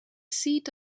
seat